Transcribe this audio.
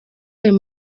ayo